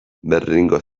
berlingo